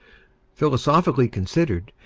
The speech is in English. philosophically considered,